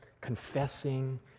confessing